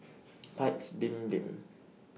Paik's Bibim